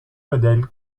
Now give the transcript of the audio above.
modèle